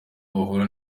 bahura